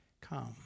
come